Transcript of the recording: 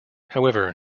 however